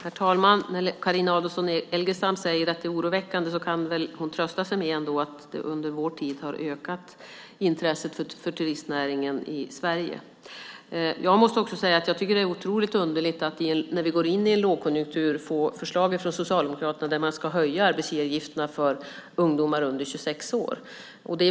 Herr talman! När Carina Adolfsson Elgestam säger att det är oroväckande kan hon trösta sig med att under vår tid har intresset för turistnäringen ökat i Sverige. Det är otroligt underligt att när vi går in i en lågkonjunktur få ett förslag från Socialdemokraterna att höja arbetsgivaravgifterna för ungdomar under 26 år.